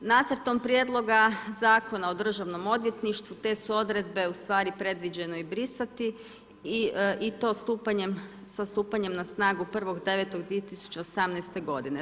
Nacrtom prijedloga Zakona o državnom odvjetništvu te su odredbe ustvari predviđene i brisati i to sa stupanjem na snagu 1.9.2018. godine.